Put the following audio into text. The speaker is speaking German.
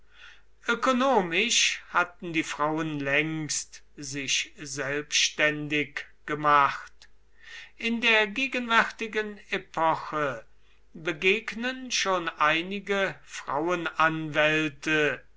ökonomisch hatten die frauen längst sich selbständig gemacht in der gegenwärtigen epoche begegnen schon eigene